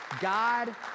God